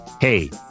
Hey